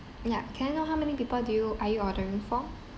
ya can I know how many people do you are you ordering for